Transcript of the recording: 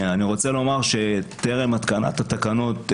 טרם התקנת התקנות,